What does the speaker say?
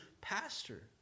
pastor